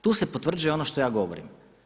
Tu se potvrđuje ono što ja govorim.